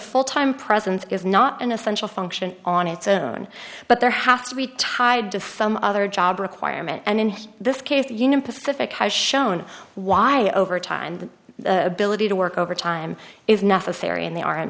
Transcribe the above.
full time presence is not an essential function on its own but there has to be tied to some other job requirement and in this case the union pacific has shown why over time the ability to work overtime is necessary and the